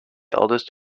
eldest